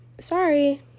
sorry